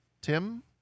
Tim